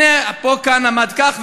כאן עמד כך,